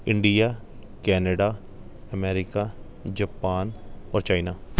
India Canada America Japan ਔਰ China